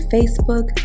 Facebook